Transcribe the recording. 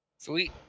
Sweet